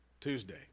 Tuesday